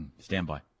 Standby